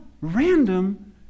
random